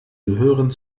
gehören